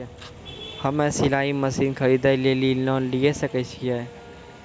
हम्मे सिलाई मसीन खरीदे लेली लोन लिये सकय छियै?